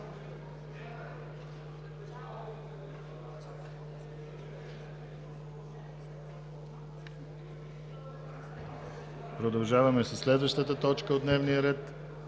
Продължаваме със следващата точка от дневния ред: